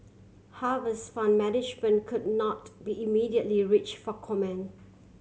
Harvest Fund Management could not be immediately reach for comment